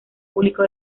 público